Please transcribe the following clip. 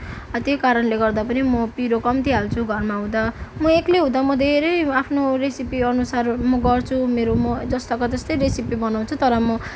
त्यही कारणले गर्दापनि म पिरो कम्ति हाल्छु घरमा हुँदा म एकलै हुदाँ धेरै आफ्नो रेसिपी अनुसारहरू गर्छु म मेरो म जस्ताको त्यस्तै रेसिपी बनाउँछु तर म